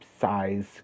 size